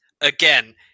again